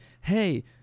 hey